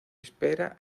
espera